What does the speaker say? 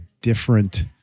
different